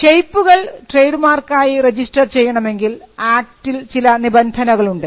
ഷേപ്പുകൾ trade മാർക്കായി register ചെയ്യണമെങ്കിൽ ആക്ടിൽ ചില നിബന്ധനകളുണ്ട്